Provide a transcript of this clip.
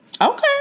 Okay